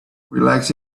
relaxed